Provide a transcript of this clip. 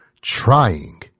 trying